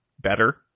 better